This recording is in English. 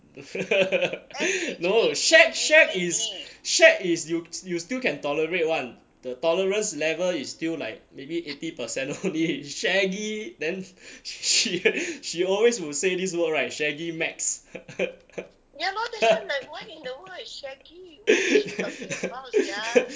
no shag shag is shag is you you still can tolerate [one] the tolerance level is still like maybe eighty per cent only shaggy then she she always will say this word [right] shaggy max